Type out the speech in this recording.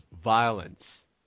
Violence